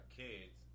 kids